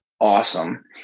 awesome